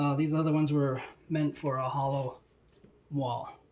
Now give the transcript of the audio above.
ah these other ones were meant for a hollow wall